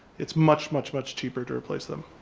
it's much much much cheaper to replace them.